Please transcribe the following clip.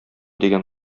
дигән